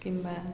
କିମ୍ବା